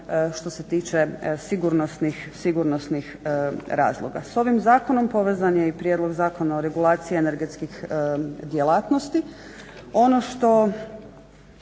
što se tiče sigurnosnih razloga. S ovim zakonom povezan je i Prijedlog zakona o regulaciji energetskih djelatnosti. Ono što